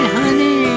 honey